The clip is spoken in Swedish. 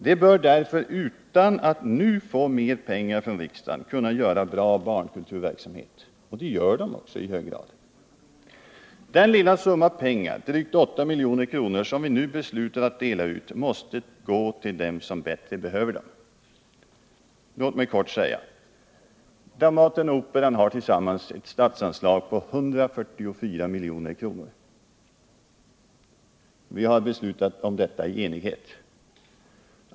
De bör därför utan att nu få mera pengar från riksdagen kunna genomföra en bra barnkulturverksamhet. Det gör de också. Den lilla summa pengar — drygt 8 milj.kr. — som vi nu beslutar att dela ut måste gå till sådana som bättre behöver dem. Dramaten och Operan har tillsammans ett statsanslag på 144 milj.kr. Vi har beslutat om detta i enighet.